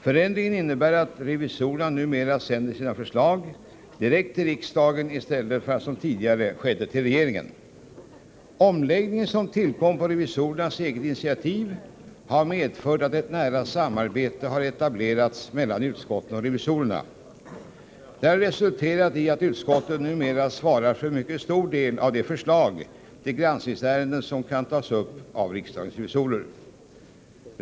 Förändringen innebär att revisorerna numera sänder sina förslag direkt till riksdagen i stället för som tidigare skedde, till regeringen. Omläggningen, som tillkom på revisorernas eget initiativ, har medfört att ett nära samarbete har etablerats mellan utskotten och revisorerna. Detta har resulterat i att utskotten numera svarar för en mycket stor del av de förslag till granskningsärenden som kan tas upp av riksdagens revisorer.